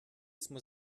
smo